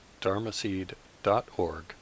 dharmaseed.org